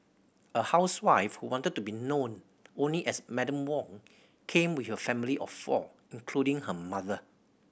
a housewife who wanted to be known only as Madam Wong came with her family of four including her mother